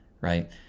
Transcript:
right